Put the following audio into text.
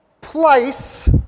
place